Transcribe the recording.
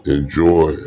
Enjoy